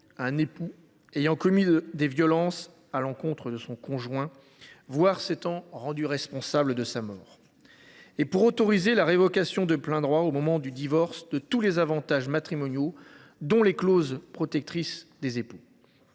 un époux ayant commis des violences à l’encontre de son conjoint, voire s’étant rendu responsable de sa mort, et d’autoriser la révocation de plein droit au moment du divorce de tous les avantages matrimoniaux, parmi lesquels figurent les clauses protectrices des époux.